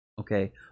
okay